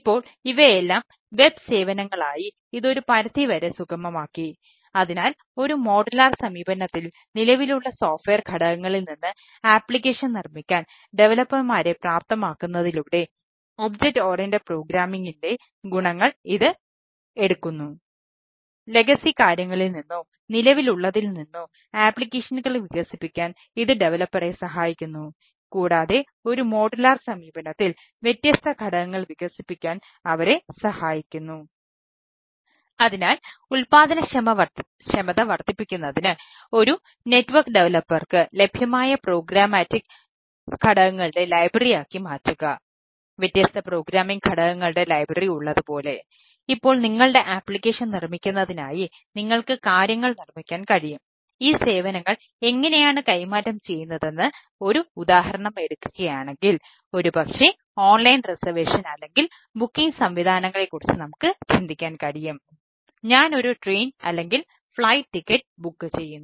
ഇപ്പോൾ ഇവയെല്ലാം വെബ് സമീപനത്തിൽ വ്യത്യസ്ത ഘടകങ്ങൾ വികസിപ്പിക്കാൻ അവരെ സഹായിക്കുന്നു അതിനാൽ ഉൽപാദനക്ഷമത വർദ്ധിപ്പിക്കുന്നതിന് ചെയ്യുന്നു